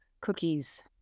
cookies